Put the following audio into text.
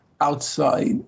outside